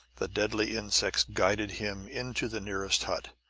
the deadly insects guided him into the nearest hut,